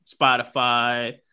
Spotify